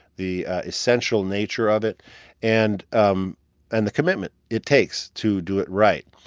the essential nature of it and um and the commitment it takes to do it right.